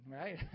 right